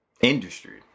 industry